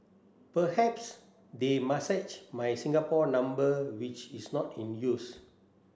perhaps they messaged my Singapore number which is not in use